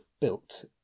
built